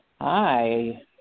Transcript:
Hi